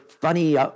funny